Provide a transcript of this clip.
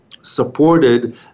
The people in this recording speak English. supported